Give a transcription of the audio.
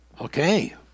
Okay